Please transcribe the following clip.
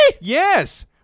Yes